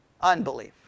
unbelief